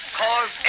cause